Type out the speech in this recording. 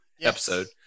episode